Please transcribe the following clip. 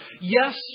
Yes